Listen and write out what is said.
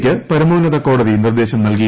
ക്ക് പരമോന്നത കോടതി നിർദ്ദേശം നൽകി